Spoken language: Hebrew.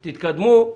תתקדמו,